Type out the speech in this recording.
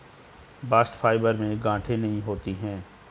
bast fibre में गांठे नहीं होती है